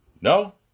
No